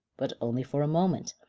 but only for a moment.